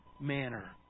manner